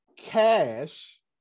cash